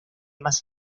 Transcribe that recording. más